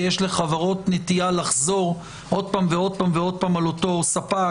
כי יש לחברות נטייה לחזור עוד פעם ועוד פעם ועוד פעם על אותו ספק.